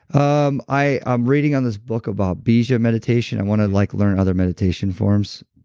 um i am reading on this book about beeja meditation. i want to like learn other meditation forms,